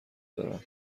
دارم